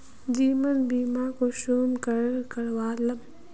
जीवन बीमा कुंसम करे करवाम?